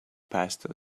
passed